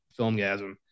filmgasm